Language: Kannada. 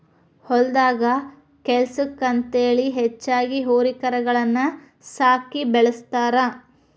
ಹೊಲದಾಗ ಕೆಲ್ಸಕ್ಕ ಅಂತೇಳಿ ಹೆಚ್ಚಾಗಿ ಹೋರಿ ಕರಗಳನ್ನ ಸಾಕಿ ಬೆಳಸ್ತಾರ